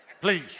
please